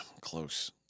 close